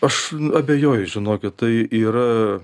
aš abejoju žinokit tai yra